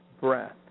breath